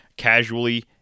casually